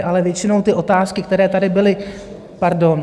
Ale většinou ty otázky, které tady byly... Pardon...